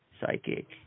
Psychic